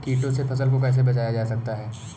कीटों से फसल को कैसे बचाया जा सकता है?